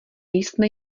jsme